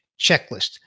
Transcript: checklist